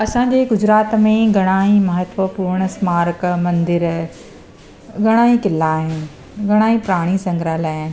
असांजे गुजरात में घणा ई महत्वपूर्ण स्मारक मंदर घणा ई किला आहिनि घणा ई प्राणी संग्रहालय आहिनि